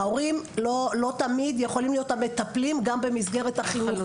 ההורים לא תמיד יכולים להיות המטפלים גם במסגרת החינוך.